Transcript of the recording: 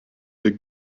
the